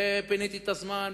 ופיניתי את הזמן,